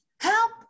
Help